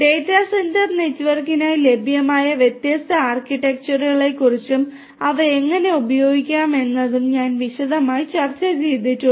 data centre നെറ്റ്വർക്കിനായി ലഭ്യമായ വ്യത്യസ്ത ആർക്കിടെക്ചറുകളെക്കുറിച്ചും അവ എങ്ങനെ ഉപയോഗിക്കാനാകുമെന്നും ഞങ്ങൾ വിശദമായി ചർച്ച ചെയ്തിട്ടുണ്ട്